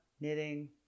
knitting